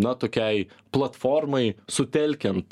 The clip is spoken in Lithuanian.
na tokiai platformai sutelkiant